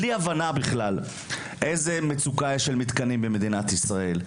בלי הבנה בכלל של איזו מצוקת מתקנים יש במדינת ישראל,